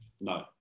No